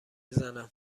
زنم